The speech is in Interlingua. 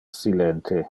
silente